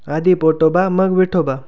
आधी पोटोबा मग विठोबा